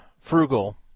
frugal